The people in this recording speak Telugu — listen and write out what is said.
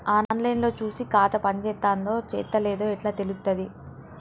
ఆన్ లైన్ లో చూసి ఖాతా పనిచేత్తందో చేత్తలేదో ఎట్లా తెలుత్తది?